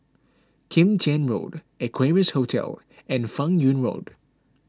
Kim Tian Road Equarius Hotel and Fan Yoong Road